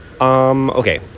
Okay